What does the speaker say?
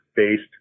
based